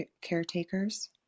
caretakers